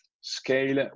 Scale